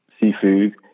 seafood